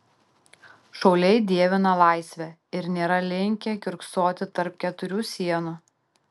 šauliai dievina laisvę ir nėra linkę kiurksoti tarp keturių sienų